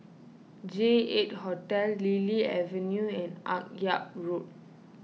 J eight Hotel Lily Avenue and Akyab Road